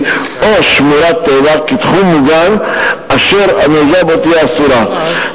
או שמורת טבע כתחום מוגן אשר הנהיגה בו תהיה אסורה.